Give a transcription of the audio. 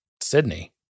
Sydney